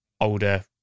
older